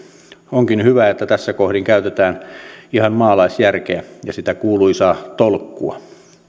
onkin hyvä että tässä kohdin käytetään ihan maalaisjärkeä ja sitä kuuluisaa tolkkua